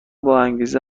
باانگیزه